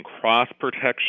cross-protection